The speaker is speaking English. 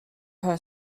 her